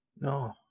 No